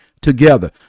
together